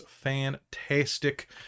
fantastic